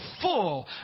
full